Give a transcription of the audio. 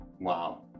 Wow